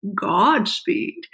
Godspeed